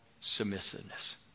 submissiveness